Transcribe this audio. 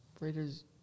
Raiders